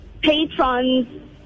patrons